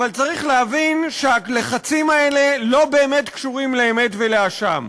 אבל צריך להבין שהלחצים האלה לא באמת קשורים לאמת ולאשם.